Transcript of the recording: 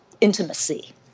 intimacy